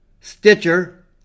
Stitcher